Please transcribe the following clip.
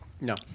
No